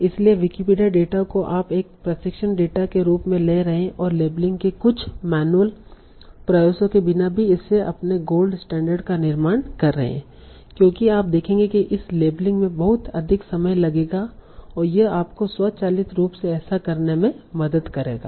इसलिए Wikipedia data को आप एक प्रशिक्षण डेटा के रूप में ले रहे हैं और लेबलिंग के कुछ मैनुअल प्रयासों के बिना भी इससे अपने गोल्ड स्टैण्डर्ड का निर्माण कर रहे हैं क्योंकि आप देखेंगे कि इस लेबलिंग में बहुत अधिक समय लगेगा और यह आपको स्वचालित रूप से ऐसा करने में मदद करेंगे